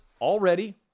already